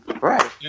Right